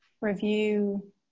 review